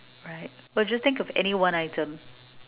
right well just think of any one item